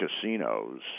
casinos